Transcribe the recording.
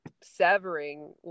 severing